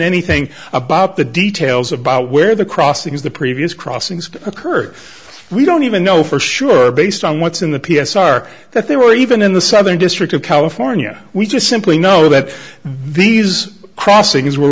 anything about the details about where the crossing was the previous crossings occur we don't even know for sure based on what's in the p s r that they were even in the southern district of california we just simply know that these crossings were